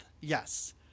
yes